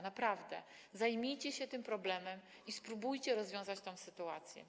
Naprawdę zajmijcie się tym problemem i spróbujcie rozwiązać tę sytuację.